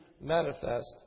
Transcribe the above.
manifest